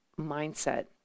mindset